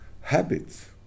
habits